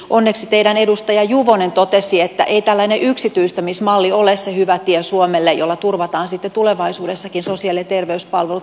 onneksi teidän edustajanne juvonen totesi että ei tällainen yksityistämismalli ole se hyvä tie suomelle jolla turvataan sitten tulevaisuudessakin sosiaali ja terveyspalvelut julkisella puolella